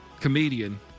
comedian